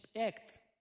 act